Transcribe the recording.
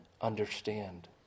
understand